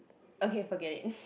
okay forget it